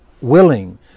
willing